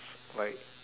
like